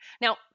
Now